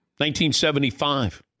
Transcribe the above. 1975